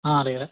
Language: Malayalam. ആ അറിയാം